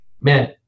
man